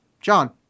John